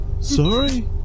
Sorry